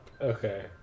okay